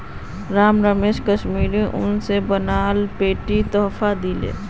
राम राकेशक कश्मीरी उन स बनाल टोपी तोहफात दीले